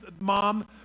mom